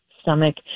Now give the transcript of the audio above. stomach